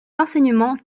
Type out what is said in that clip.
l’enseignement